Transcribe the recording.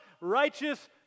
righteous